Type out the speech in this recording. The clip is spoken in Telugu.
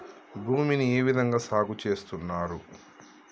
భూమిని ఏ విధంగా సాగు చేస్తున్నారు?